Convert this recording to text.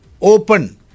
open